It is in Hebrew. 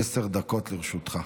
עשר דקות לרשותך.